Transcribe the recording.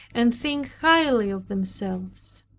and think highly of themselves!